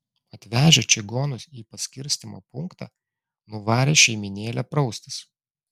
atvežę čigonus į paskirstymo punktą nuvarė šeimynėlę praustis